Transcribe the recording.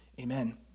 amen